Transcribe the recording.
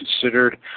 considered